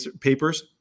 papers